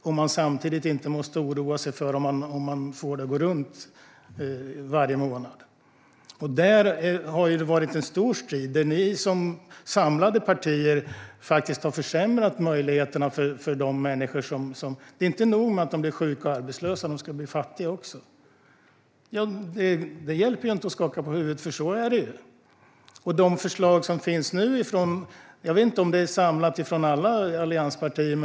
Då behöver man inte samtidigt oroa sig för om man kommer att få det att gå runt varje månad. Där har det varit en stor strid, och ni som samlade partier har försämrat möjligheterna för människor. Inte nog med att de blir sjuka och arbetslösa - de ska bli fattiga också. Det hjälper inte att skaka på huvudet, för så är det. Nu finns förslag - jag vet inte om det är samlat från alla allianspartier.